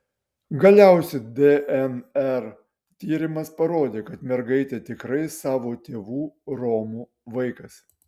galiausiai dnr tyrimas parodė kad mergaitė tikrai savo tėvų romų vaikas